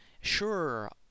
Sure